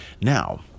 now